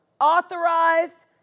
authorized